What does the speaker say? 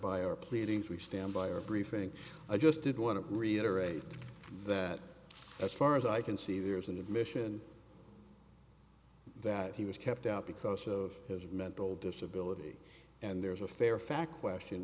by our pleadings we stand by our briefing i just did want to reiterate that as far as i can see there's an admission that he was kept out because of his mental disability and there's a fair fact question